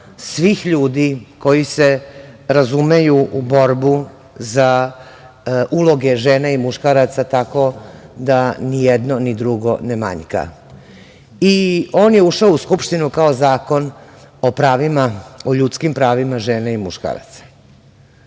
svih ljudi koji se razumeju u borbu za uloge žena i muškaraca, tako da ni jedno ni drugo ne manjka. On je ušao u Skupštinu kao zakon o ljudskim pravima žena i muškaraca. Pošto